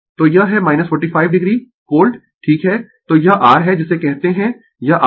तो यह है 45 o वोल्ट ठीक है तो यह r है जिसे कहते है यह r VR है